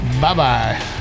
bye-bye